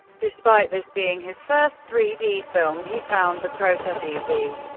despite this being his first three d film he found the process easy.